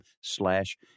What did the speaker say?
slash